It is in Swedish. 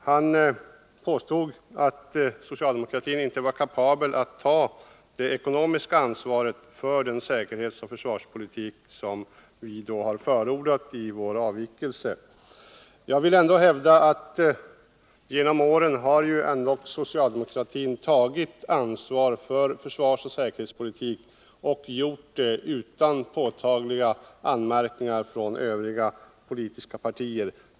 Han påstod att socialdemokratin inte var kapabel att ta det ekonomiska ansvaret för den säkerhetsoch försvarspolitik som vi har förordat i vår reservation. Jag vill hävda att socialdemokratin genom åren har tagit ansvaret för försvarsoch säkerhetspolitiken och gjort detta utan påtagliga anmärkningar från övriga politiska partier.